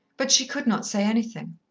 but she could not say anything.